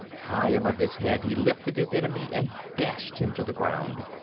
high above his head he lifted his enemy and dashed him to the ground.